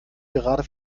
gerade